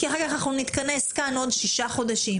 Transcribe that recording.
כי אחר כך אנחנו נתכנס כאן בעוד שישה חודשים,